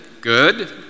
good